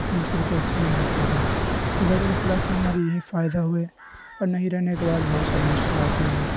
ہم سب کو اچھا نہیں لگتا تھا تو بیت الخلاء سے ہماری یہی فائدہ ہوئے اور نہیں رہنے کے بعد بہت ساری مشکلات بھی ہوئی